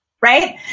right